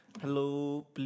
Hello